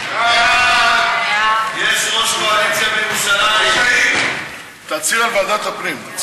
ההצעה להעביר את הצעת חוק שדה התעופה דב הוז